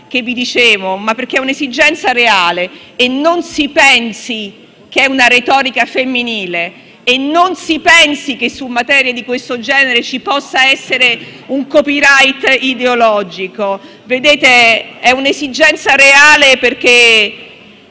che vi ho riferito, ma perché è un'esigenza reale; non si pensi che sia retorica femminile e non si pensi che su materie di questo genere ci possa essere un *copyright* ideologico. È un'esigenza reale, perché